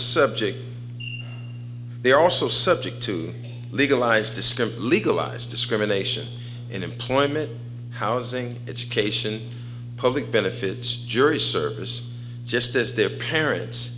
subject they are also subject to legalize descript legalized discrimination in employment housing education public benefits jury service just as their parents